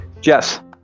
Jess